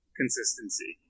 consistency